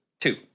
Two